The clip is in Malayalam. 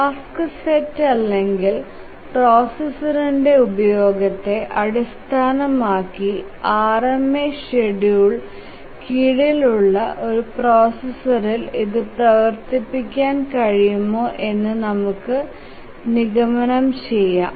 ടാസ്ക് സെറ്റ് അല്ലെങ്കിൽ പ്രോസസറിന്റെ ഉപയോഗത്തെ അടിസ്ഥാനമാക്കി RMA ഷെഡ്യൂളറിന് കീഴിലുള്ള ഒരു പ്രോസസ്സറിൽ ഇത് പ്രവർത്തിപ്പിക്കാൻ കഴിയുമോ എന്ന് നമുക്ക് നിഗമനം ചെയ്യാം